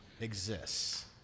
exists